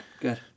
Good